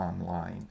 online